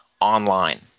online